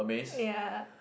yea